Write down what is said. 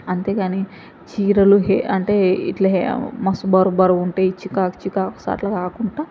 అంతేగాని చీరలు అంటే ఇట్లా మస్తు బరువు బరువుంటాయి చికాకు చికాకు వస్తాయి అట్ల కాకుంటా